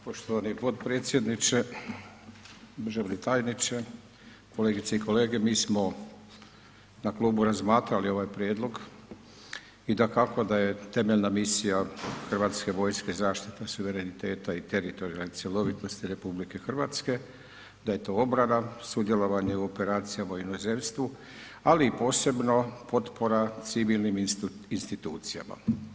Poštovani potpredsjedniče, državni tajniče, kolegice i kolege, mi smo na klubu razmatrali ovaj prijedlog i dakako da je temeljna misija HV-a zaštita suvereniteta i teritorijalne cjelovitosti RH, da je to obrana, sudjelovanje u operacijama u inozemstvu, ali i posebno potpora civilnim institucijama.